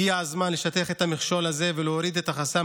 הגיע הזמן לשטח את המכשול הזה ולהוריד את החסם